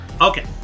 Okay